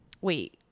Wait